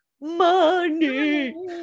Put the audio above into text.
money